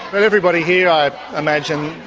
but everybody here, i imagine,